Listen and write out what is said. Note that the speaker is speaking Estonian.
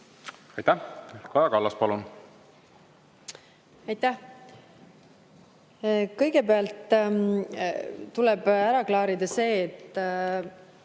Aitäh! Kaja Kallas, palun! Aitäh! Kõigepealt tuleb ära klaarida see, et